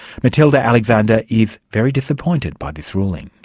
matilda alexander is very disappointed by this ruling.